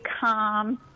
calm